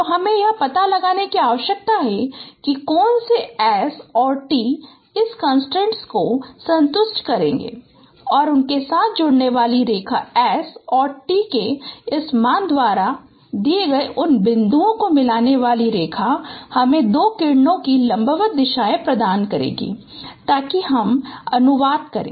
तो हमें यह पता लगाने की आवश्यकता है कि कौन से s और t इस कंस्ट्रेंट्स को संतुष्ट करेंगे कि उनके साथ जुड़ने वाली रेखा s और t के इस मान द्वारा दिए गए उन दो बिंदुओं को मिलाने वाली रेखा हमें दोनों किरणों की लंबवत दिशाएँ प्रदान करेगी ताकि हम अनुवाद करें